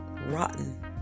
rotten